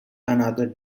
another